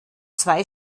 zwei